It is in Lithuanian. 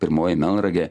pirmoji melnragė